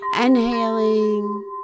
inhaling